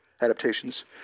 adaptations